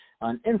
on